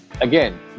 again